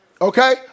Okay